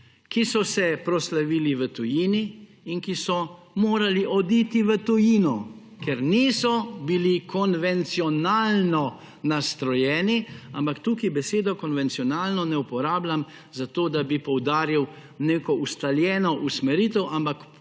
ki so se proslavili v tujini in ki so morali oditi v tujino, ker niso bili konvencionalno nastrojeni. Ampak tukaj besedo konvencionalno ne uporabljam zato, da bi poudarjal neko ustaljeno usmeritev, ampak